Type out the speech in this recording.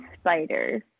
spiders